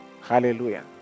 Hallelujah